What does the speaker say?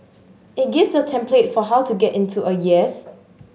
it gives a template for how to get into a yes